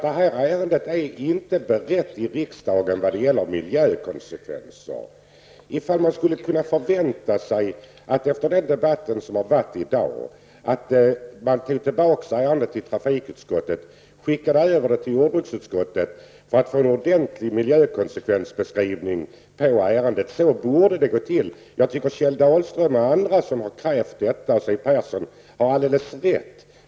Det här ärendet är inte berett i riksdagen när det gäller miljökonsekvenserna. Efter den debatt som har förts i dag borde man kunna vänta sig att ärendet vid en återremiss gick tillbaka till trafikutskottet och att det därifrån skickades över till jordbruksutskottet för att man skulle få en ordentlig miljökonsekvensbeskrivning. Jag tycker att Kjell Dahlström, Siw Persson och andra som har krävt detta har alldeles rätt.